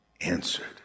answered